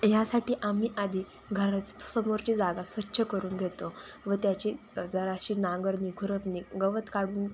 यासाठी आम्ही आधी घराच समोरची जागा स्वच्छ करून घेतो व त्याची जराशी नांगरणी खुरपणी गवत काढून